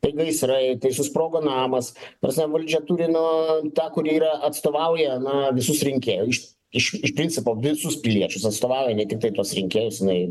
tai gaisrai tai susprogo namas ta prasme valdžia turi nu tą kur yra atstovauja na visus rinkėjus iš iš principo visus piliečius atstovauja ne tiktai tuos rinkėjus jinai